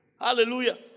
Hallelujah